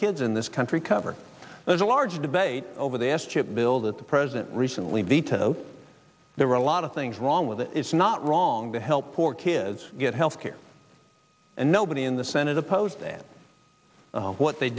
kids in this country cover there's a large debate over the s chip bill that the president recently vetoed there were a lot of things wrong with it it's not wrong to help poor kids get health care and nobody in the senate opposed that what they